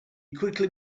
quickly